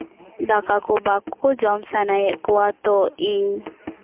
ᱫᱟᱠᱟ ᱠᱚ ᱵᱟᱠᱚ ᱡᱚᱢ ᱥᱟᱱᱟᱭᱮᱫ ᱠᱚᱣᱟ ᱛᱚ ᱤᱧ